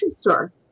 store